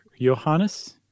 Johannes